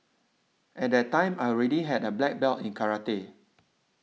at that time I already had a black belt in karate